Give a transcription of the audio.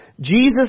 Jesus